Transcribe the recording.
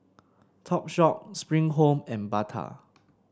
Topshop Spring Home and Bata